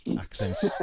accents